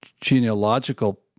genealogical